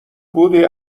بودی